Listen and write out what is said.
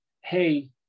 hey